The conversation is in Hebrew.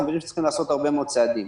אנחנו מבינים שצריכים לעשות הרבה מאוד צעדים.